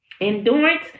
Endurance